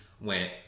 went